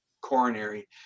coronary